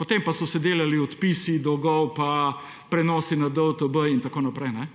Potem pa so se delali odpisi dolgov pa prenosi na DUTB in tako naprej.